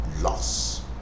loss